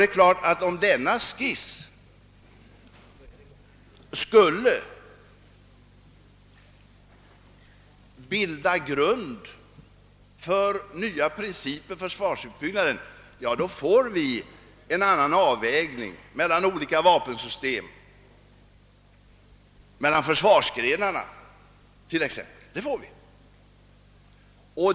Det är klart att om denna skiss skulle bilda grund för nya principer för försvarsutbyggnaden, får vi en annan avvägning mellan t.ex. olika vapensystem, mellan försvarsgrenarna.